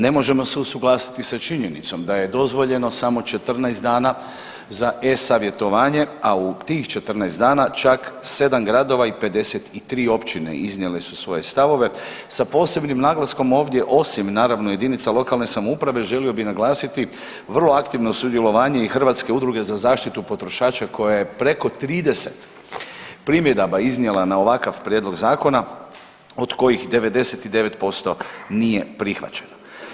Ne možemo se usuglasiti sa činjenicom da je dozvoljeno samo 14 dana za e-Savjetovanje, a u tih 14 dana čak 7 gradova i 53 općine iznijele su svoje stavove sa posebnim naglaskom ovdje, osim naravno jedinica lokalne samouprave, želio bih naglasiti vrlo aktivno sudjelovanje i Hrvatske udruge za zaštitu potrošača koja je preko 30 primjedaba iznijela na ovakav prijedlog Zakona, od kojih 99% nije prihvaćeno.